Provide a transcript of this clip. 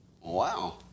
Wow